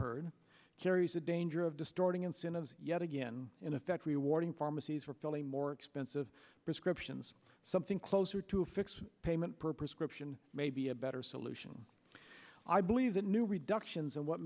heard carries a danger of distorting incentives yet again in effect rewarding pharmacies for filling more expensive prescriptions something closer to a fixed payment per prescription may be a better solution i believe that new reductions in what